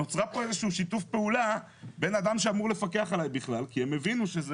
נוצר כאן איזשהו שיתוף פעולה בין אדם שאמור לפקח עלי כי הם הבינו.